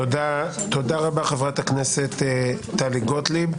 תודה רבה, חברת הכנסת טלי גוטליב.